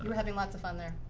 um having lots of fun there